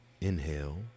inhale